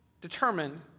determined